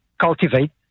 cultivate